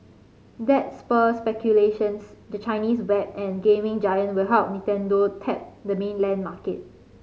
that spurred speculations the Chinese web and gaming giant will help Nintendo tap the mainland market